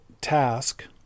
task